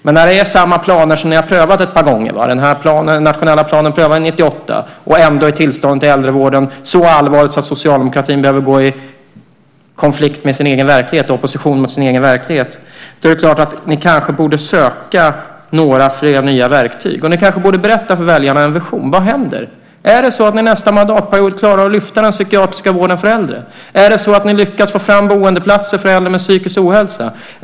Men det är samma planer som ni har prövat ett par gånger. Den nationella planen prövade ni 1998. Ändå är tillståndet i äldrevården så allvarligt att socialdemokratin behöver gå i opposition mot sin egen verklighet. Ni kanske borde söka några fler nya verktyg. Och ni kanske borde berätta för väljarna vad som händer. Är det så att ni nästa mandatperiod klarar att lyfta fram den psykiatriska vården för äldre? Är det så att ni lyckas få fram boendeplatser för äldre med psykisk ohälsa?